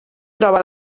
troba